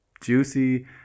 juicy